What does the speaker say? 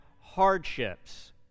hardships